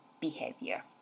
behavior